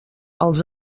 els